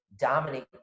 dominate